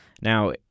Now